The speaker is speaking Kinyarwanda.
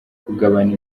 kugabana